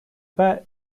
pas